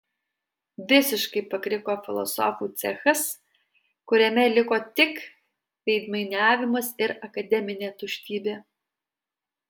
visiškai pakriko filosofų cechas kuriame liko tik veidmainiavimas ir akademinė tuštybė